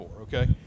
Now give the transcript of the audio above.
okay